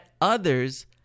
others